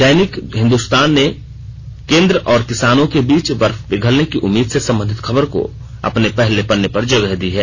दैनिक हिन्दुस्तान ने केंद्र और किंसानों के बीच बर्फ पिघलने की उम्मीद से संबंधित खबर को अपने पहले पन्ने पर जगह दी है